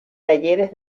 talleres